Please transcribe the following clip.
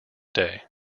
day